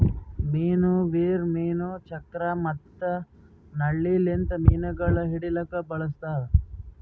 ಮೀನು ವೀರ್, ಮೀನು ಚಕ್ರ ಮತ್ತ ನಳ್ಳಿ ಲಿಂತ್ ಮೀನುಗೊಳ್ ಹಿಡಿಲುಕ್ ಬಳಸ್ತಾರ್